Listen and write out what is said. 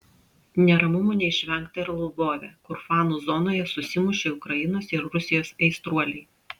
neramumų neišvengta ir lvove kur fanų zonoje susimušė ukrainos ir rusijos aistruoliai